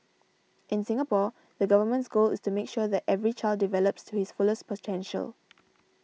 in Singapore the Government's goal is to make sure that every child develops to his fullest potential